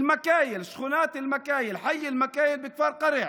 אל-מקאיל, שכונת אל-מקאיל, חי אל-מקאיל בכפר קרע,